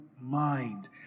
mind